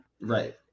Right